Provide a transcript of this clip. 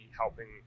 helping